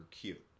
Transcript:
cute